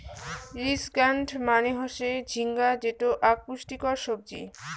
ridge gourd মানে হসে ঝিঙ্গা যেটো আক পুষ্টিকর সবজি